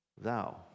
Thou